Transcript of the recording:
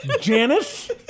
Janice